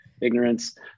ignorance